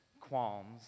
qualms